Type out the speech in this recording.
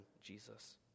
Jesus